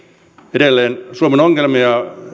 edelleen suomen ongelmia